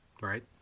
Right